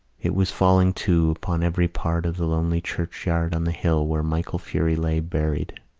it was falling, too, upon every part of the lonely churchyard on the hill where michael furey lay buried.